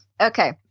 Okay